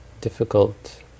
difficult